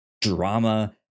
drama